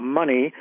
money